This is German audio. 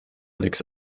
nix